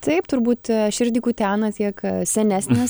taip turbūt širdį kutena tiek senesnės